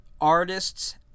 artists